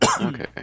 Okay